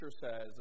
says